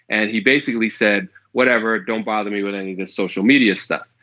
and he basically said whatever. don't bother me with any social media stuff.